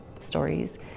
stories